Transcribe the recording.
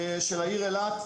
של העיר אילת,